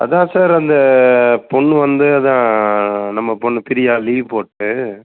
அதுதான் சார் அந்த பொண்ணு வந்து அதுதான் நம்ம பொண்ணு பிரியா லீவ் போட்டுட்டு